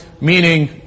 Meaning